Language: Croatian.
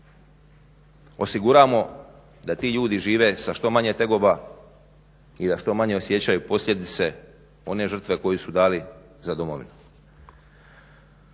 osiguramo da ti ljudi žive sa što manje tegoba i da što manje osjećaju posljedice one žrtve koju su dali za Domovinu.